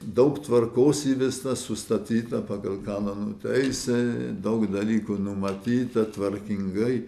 daug tvarkos įvesta sustatyta pagal kanonų teisę daug dalykų numatyta tvarkingai